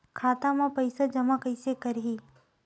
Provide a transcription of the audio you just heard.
खाता म पईसा जमा कइसे करही?